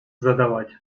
задавать